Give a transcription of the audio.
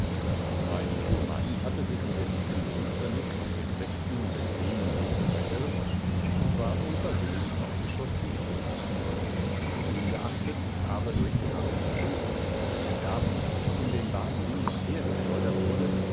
mein fuhrmann hatte sich in der dicken finsternis von dem rechten bequemen wege verirrt und war unversehens auf die chaussee geraten ungeachtet ich aber durch die harten stöße die es hier gab in dem wagen hin und her geschleudert wurde